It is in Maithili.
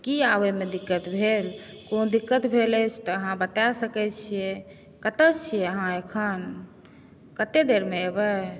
की आबैमे दिक्कत भेल कोनो दिक्कत भेल अछि तऽ अहाँ बता सकै छियै कतऽ छी अहाँ एखन कते देरमे एबै